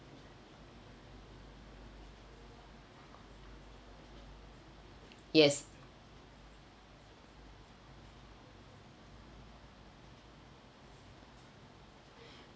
yes